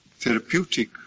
therapeutic